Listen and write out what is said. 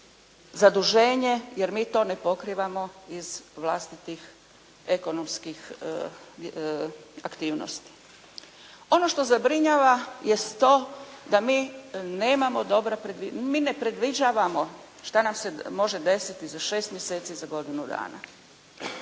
zaduženje jer mi to ne pokrivamo iz vlastitih ekonomskih aktivnosti. Ono što zabrinjava jest to da mi nemamo dobra, mi ne predviđavamo šta nam se može desiti za 6 mjeseci, za godinu dana.